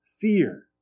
fear